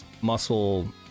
muscle